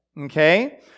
Okay